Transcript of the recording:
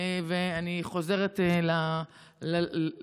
ואני חוזרת ליום-יום,